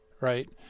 right